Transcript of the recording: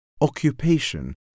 occupation